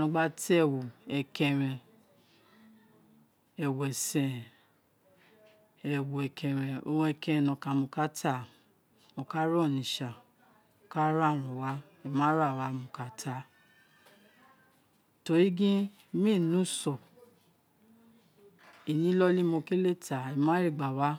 no gba se owo ekeren ẹwu ẹsẹn ewu-ekẹrẹn nọkan mo ka ta mo ka ré oritsha moka ra urun ghan moma ra wa mo ka táá tori gin méè ne uso ino inolimo kélé ma ma ré gba wa